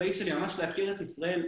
התעקשו לעלות לארץ ולעשות שירות צבאי משמעותי.